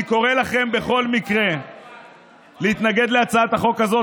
אני קורא לכם בכל מקרה להתנגד להצעת החוק הזאת,